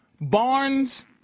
Barnes